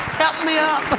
help me up.